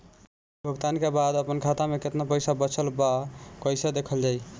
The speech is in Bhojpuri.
भुगतान के बाद आपन खाता में केतना पैसा बचल ब कइसे देखल जाइ?